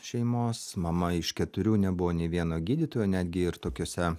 šeimos mama iš keturių nebuvo nė vieno gydytojo netgi ir tokiuose